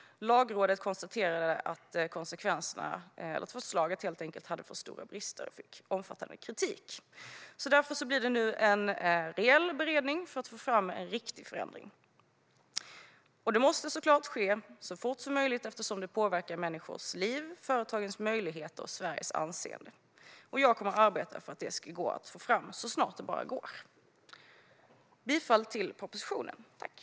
Lagrådet konstaterade att förslaget hade för stora brister, och förslaget fick omfattande kritik. Därför blir det nu en reell beredning för att få fram en riktig förändring. Detta måste såklart ske så fort som möjligt, eftersom det påverkar människors liv, företagens möjligheter och Sveriges anseende. Jag kommer att arbeta för att detta ska gå att få fram så snart som det bara går. Jag yrkar bifall till förslaget i propositionen.